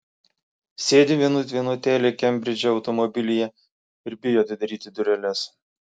sėdi vienut vienutėlė kembridže automobilyje ir bijo atidaryti dureles